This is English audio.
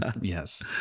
Yes